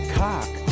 cock